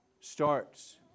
starts